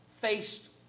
faced